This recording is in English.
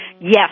Yes